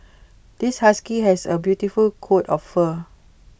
this husky has A beautiful coat of fur